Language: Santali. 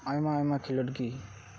ᱟᱭᱢᱟ ᱟᱭᱢᱟ ᱠᱷᱮᱞᱳᱰ ᱜᱮ